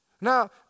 Now